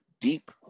deep